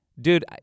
dude